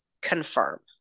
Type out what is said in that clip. confirm